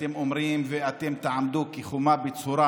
ואתם אומרים שאתם תעמדו כחומה בצורה